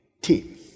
team